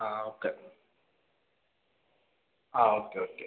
ആ okay ah okay okay